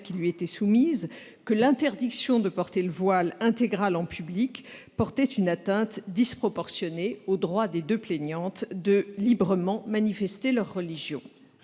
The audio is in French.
ce comité a estimé que l'interdiction de porter le voile intégral en public constituait une atteinte disproportionnée au droit des deux plaignantes de librement manifester leur religion.